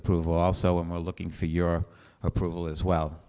approval also and we're looking for your approval as well